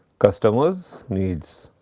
customers needs